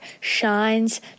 shines